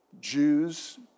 Jews